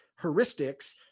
heuristics